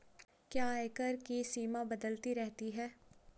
क्या आयकर की सीमा बदलती रहती है?